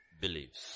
believes